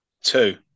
two